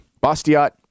Bastiat